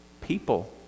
people